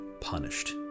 punished